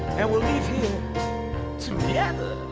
and we'll leave here together